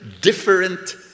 different